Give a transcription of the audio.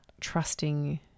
trusting